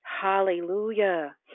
Hallelujah